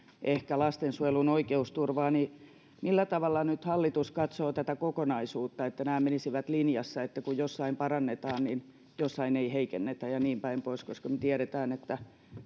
ehkä heikennetään lastensuojelun oikeusturvaa niin millä tavalla hallitus nyt katsoo tätä kokonaisuutta niin että nämä menisivät linjassa niin että kun jossain parannetaan niin jossain ei heikennetä ja niin päin pois koska tiedetään että